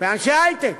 אנשי היי-טק.